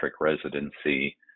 residency